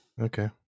Okay